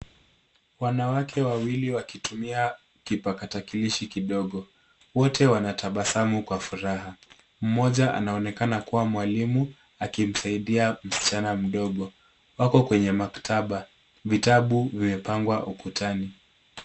Wanawake wawili wakitumia kipakatilishi kidogo, wote wanatabasamu kwa furaha. Mmoja anaonekana kuwa mwalimu, akimsaidia msichana mdogo. Wako kwenye mkataba , vitabu vimepangwa ukutani.